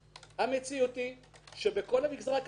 המציאות היא שבכל המגזר הכפרי,